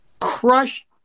crush